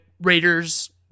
Raiders